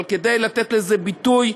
אבל כדי לתת לזה ביטוי,